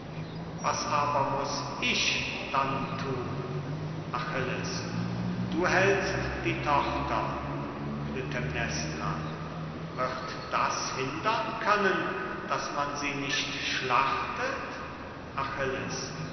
was aber muß ich dann thun achilles du hältst die tochter klytämnestra wird das hindern können daß man sie nicht schlachtet achilles